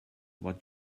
what